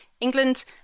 England